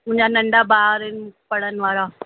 मुंहिंजा नंढा ॿार आहिनि पढ़नि वारा